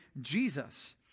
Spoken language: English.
Jesus